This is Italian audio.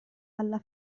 alla